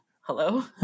hello